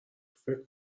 فکر